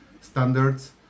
standards